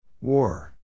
War